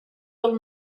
del